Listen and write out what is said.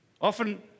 Often